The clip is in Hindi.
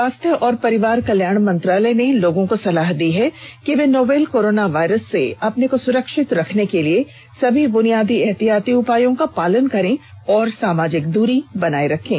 स्वास्थ्य और परिवार कल्याण मंत्रालय ने लोगों को सलाह दी है कि वे नोवल कोरोना वायरस से अपने को सुरक्षित रखने के लिए सभी बुनियादी एहतियाती उपायों का पालन करें और सामाजिक दूरी बनाए रखें